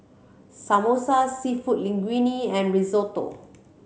Samosa Seafood Linguine and Risotto